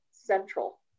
central